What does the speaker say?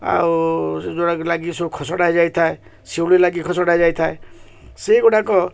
ଆଉ ଯେଉଁଗୁଡ଼ା ଲାଗି ସବୁ ଖସଡ଼ା ଯାଇଥାଏ ଶିଉଳି ଲାଗି ଖସଡ଼ା ଯାଇଥାଏ ସେଇଗୁଡ଼ାକ